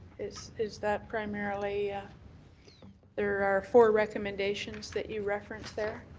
is is that primarily ah there are four recommendations that you reference there.